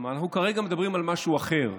כלומר אנחנו כרגע מדברים על משהו אחר,